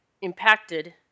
impacted